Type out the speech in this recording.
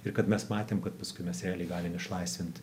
ir kad mes matėm kad paskui mes realiai galime išlaisvint